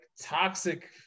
toxic